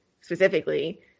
specifically